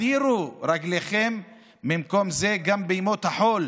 הדירו רגליכם ממקום זה גם בימות החול.